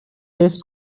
حفظ